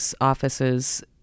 offices